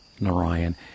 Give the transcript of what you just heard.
Narayan